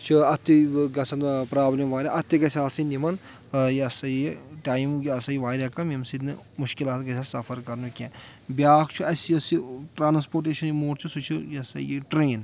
چھُ اَتھ تہِ گژھان پرابلم واریاہ اَتھ تہِ گٔژھ آسٕنۍ یِوان یہِ ہَسا یہِ ٹایم یہِ سا یہِ واریاہ کم ییٚمہِ سۭتۍ نہٕ مُشکِلات گژھِ آسہِ سفر کرنہٕ کینٛہہ بیاکھ چھُ اَسہِ یۄس یہِ ٹرانسپوٹیشن یہِ موڈ چھُ سُہ چھُ یہِ ہَسا یہِ ٹرین